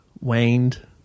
waned